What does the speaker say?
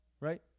Right